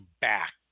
back